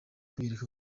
kwiyereka